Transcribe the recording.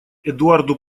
эдуарду